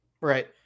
Right